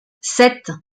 sept